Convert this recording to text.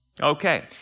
Okay